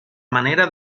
manera